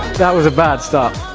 that was a bad start